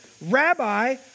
Rabbi